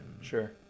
sure